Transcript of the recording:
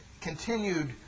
continued